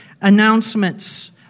Announcements